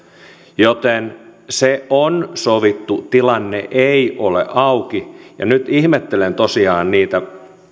joten se on sovittu tilanne ei ole auki ja nyt ihmettelen tosiaan niitä